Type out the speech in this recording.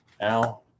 now